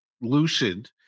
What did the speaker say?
lucid